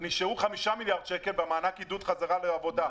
נשארו 5 מיליארד שקל במענק עידוד חזרה לעבודה.